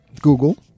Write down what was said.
Google